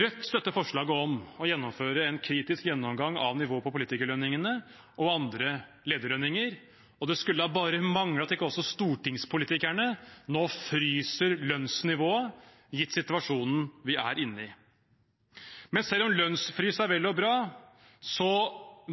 Rødt støtter forslaget om å gjennomføre en kritisk gjennomgang av nivået på politikerlønningene og andre lederlønninger, og det skulle da bare mangle at ikke også stortingspolitikerne nå fryser lønnsnivået, gitt situasjonen vi er inne i. Selv om lønnsfrys er vel og bra,